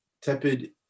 tepid